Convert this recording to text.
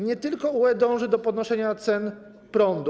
Nie tylko UE dąży do podnoszenia cen prądu.